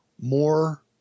more